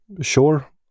Sure